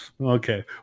Okay